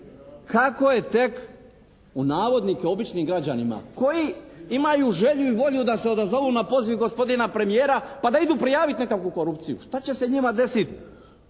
Kako je tek u navodnike "običnim građanima" koji imaju želju i volju da se odazovu na poziv gospodina premijera pa da idu prijaviti nekakvu korupciju. Šta će se njima desiti